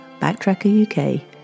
BacktrackerUK